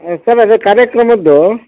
sir ಅದು ಕಾರ್ಯಕ್ರಮದ್ದು